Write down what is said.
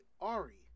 Ari